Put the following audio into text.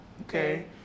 okay